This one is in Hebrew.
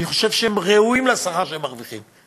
אני חושב שהם ראויים לשכר שהם מרוויחים.